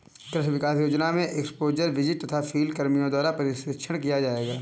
कृषि विकास योजना में एक्स्पोज़र विजिट तथा फील्ड कर्मियों द्वारा प्रशिक्षण किया जाएगा